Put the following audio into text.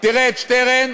תראה את שטרן,